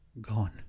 gone